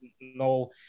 no